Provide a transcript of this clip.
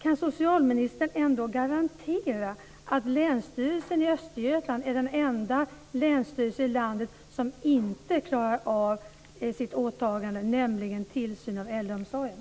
Kan socialministern garantera att Länsstyrelsen i Östergötland är den enda länsstyrelse i landet som inte klarar av sitt åtagande, nämligen tillsyn av äldreomsorgen?